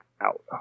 out